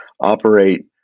operate